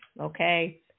Okay